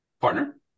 partner